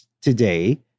today